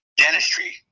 dentistry